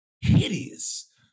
hideous